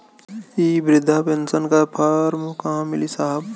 इ बृधा पेनसन का फर्म कहाँ मिली साहब?